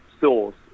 source